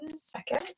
second